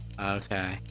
Okay